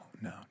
no